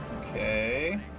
Okay